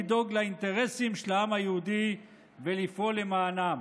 לדאוג לאינטרסים של העם היהודי ולפעול למענם.